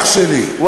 אח שלי.